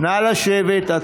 נא לשבת.